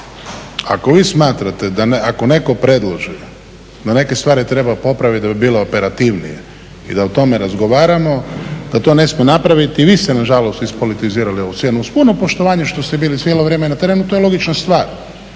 Ako vi smatrate, ako netko predloži da neke stvari treba popraviti da bi bilo operativnije i da o tome razgovaramo, da to ne smije napraviti, vi se nažalost ispolitizirali ovu … uz puno poštovanje što ste bili cijelo vrijeme na terenu, to je logična stvar.